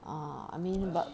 a'ah I mean but